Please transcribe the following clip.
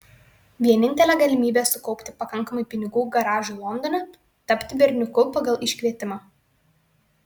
vienintelė galimybė sukaupti pakankamai pinigų garažui londone tapti berniuku pagal iškvietimą